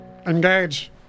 Engage